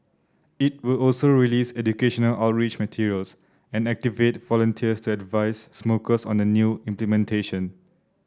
it will also release educational outreach materials and activate volunteers to advise smokers on the new implementation